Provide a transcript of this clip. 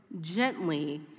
gently